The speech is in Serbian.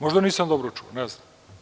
Možda nisam dobro čuo, ne znam.